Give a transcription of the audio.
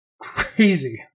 crazy